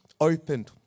opened